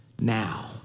Now